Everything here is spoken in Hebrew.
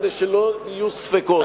כדי שלא יהיו ספקות.